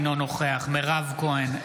אינו נוכח מירב כהן,